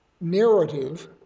narrative